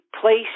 place